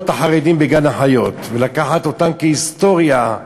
את החרדים בגן-החיות ולקחת אותם כהיסטוריה,